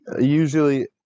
Usually